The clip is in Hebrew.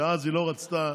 שאז היא לא רצתה